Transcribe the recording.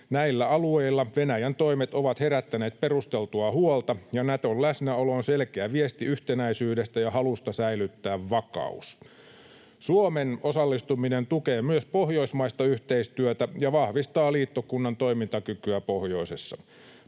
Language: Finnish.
Näillä alueilla Venäjän toimet ovat herättäneet perusteltua huolta, ja Naton läsnäolo on selkeä viesti yhtenäisyydestä ja halusta säilyttää vakaus. Suomen osallistuminen tukee myös pohjoismaista yhteistyötä ja vahvistaa liittokunnan toimintakykyä pohjoisessa.